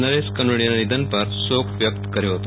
નરેશ કનોડિયાના નિધન પર શોક વ્યકત કર્યો હતો